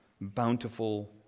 bountiful